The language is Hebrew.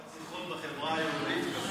גם הרציחות בחברה היהודית עלו.